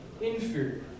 inferior